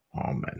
Amen